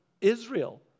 Israel